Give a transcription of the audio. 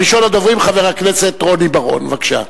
ראשון הדוברים, חבר הכנסת רוני בר-און, בבקשה.